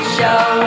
Show